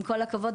עם כל הכבוד,